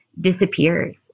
disappears